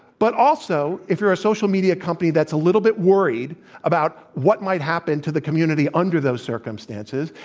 but also, if you're a social media company that's a little bit worried about what might happen to the community under those circumstances,